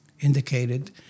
indicated